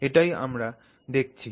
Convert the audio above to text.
এটাই আমরা দেখছি